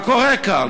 מה קורה כאן?